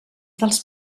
dels